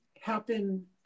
happen